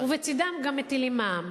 ובצד זה גם מטילים מע"מ.